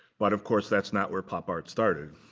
but of course, that's not where pop art started.